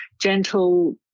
Gentle